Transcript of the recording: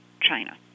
China